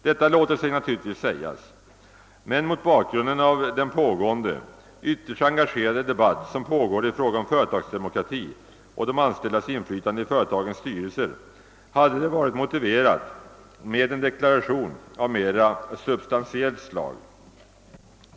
Detta låter sig naturligtvis sägas, men mot bakgrunden av den pågående, ytterst engagerade debatt som förs rörande företagsdemokrati och de anställdas inflytande i företagens styrelser hade det varit motiverat med en deklaration av mera substantiellt slag.